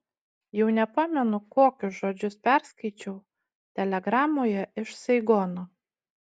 jau nepamenu kokius žodžius perskaičiau telegramoje iš saigono